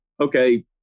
okay